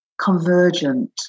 convergent